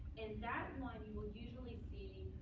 in that one, you will usually see,